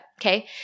okay